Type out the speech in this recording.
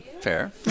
Fair